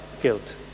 guilt